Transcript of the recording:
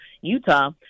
Utah